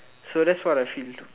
so that's what I feel